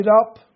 up